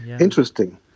Interesting